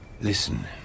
Listen